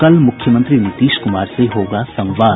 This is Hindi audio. कल मुख्यमंत्री नीतीश कुमार से होगा संवाद